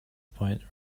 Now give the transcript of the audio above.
point